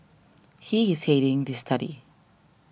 he is heading this study